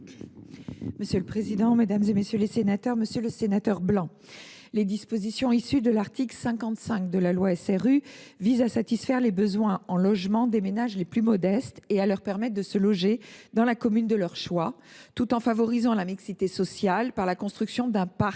public ? La parole est à Mme la Monsieur le sénateur Blanc, les dispositions de l’article 55 de la loi SRU visent à satisfaire les besoins en logement des ménages les plus modestes et à leur permettre de se loger dans la commune de leur choix, tout en favorisant la mixité sociale par la constitution d’un parc